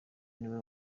niwe